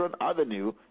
Avenue